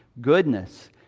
goodness